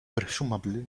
presumably